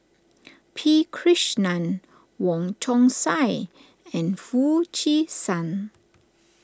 P Krishnan Wong Chong Sai and Foo Chee San